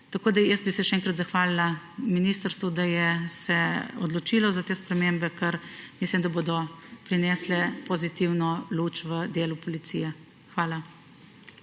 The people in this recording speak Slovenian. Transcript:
vrste. Jaz bi se še enkrat zahvalila ministrstvu, da je se odločilo za te spremembe, ker mislim, da bodo prinesle pozitivno luč v delu policije. Hvala.